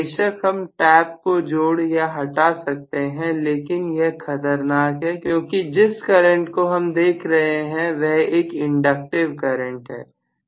बेशक हम टैप को जोड़ या हटा सकते हैं लेकिन यह खतरनाक है क्योंकि जिस करंट को हम देख रहे हैं वह एक इंडक्टिव करंट है